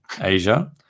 asia